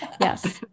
Yes